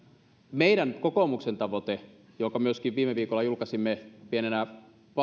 meidän kokoomuksen tavoite jonka myöskin viime viikolla julkaisimme pienenä